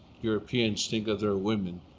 europeans think of their women.